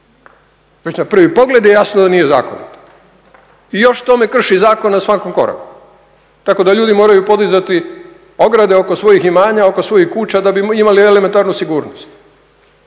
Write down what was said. Već na prvi pogled je jasno da nije zakonito i još tome krši zakon na svakom koraku tako da ljudi moraju podizati ograde oko svojih imanja, oko svojih kuća da bi imali elementarnu sigurnost